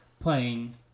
playing